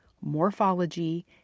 morphology